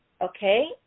Okay